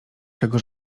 czego